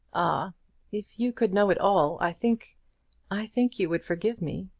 ah if you could know it all, i think i think you would forgive me.